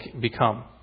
become